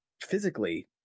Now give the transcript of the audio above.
physically